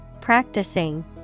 practicing